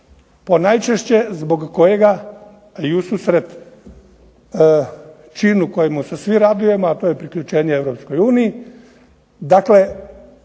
ponajčešće zbog kojega i ususret činu kojemu se svi radujemo, a to je priključenje